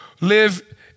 live